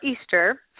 Easter